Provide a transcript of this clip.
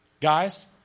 Guys